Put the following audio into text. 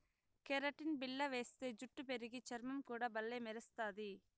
keratin బిల్ల వేస్తే జుట్టు పెరిగి, చర్మం కూడా బల్లే మెరస్తది